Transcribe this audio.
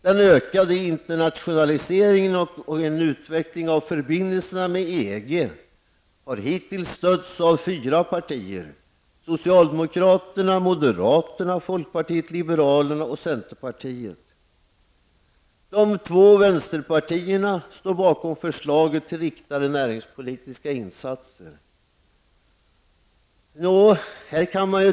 Den ökande internationaliseringen och en utveckling av förbindelserna med EG har hittills stötts av fyra partier, socialdemokraterna, moderaterna, folkpartiet liberalerna och centerpartiet. De två vänsterpartierna står bakom förslagen till riktade näringspolitiska insatser.